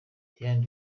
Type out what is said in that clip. diane